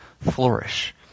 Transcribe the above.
flourish